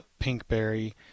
pinkberry